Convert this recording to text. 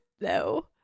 No